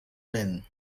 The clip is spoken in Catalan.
vent